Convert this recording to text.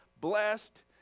blessed